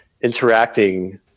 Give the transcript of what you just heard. interacting